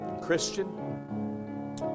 Christian